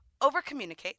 overcommunicate